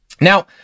Now